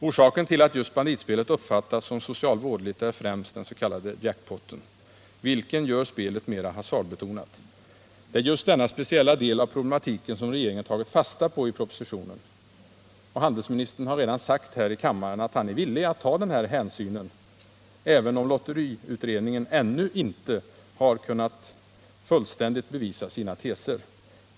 Orsaken till att just banditspelet uppfattas som socialt vådligt är främst den s.k. jackpotten, som gör spelet mera hasardbetonat. Det är just denna speciella del av problematiken som regeringen tagit fasta på i propositionen. Handelsministern har redan här i kammaren sagt att han är villig att ta den hänsynen, även om lotteriutredningen ännu inte lyckats fullständigt bevisa sina teser.